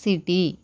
city